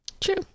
True